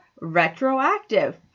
retroactive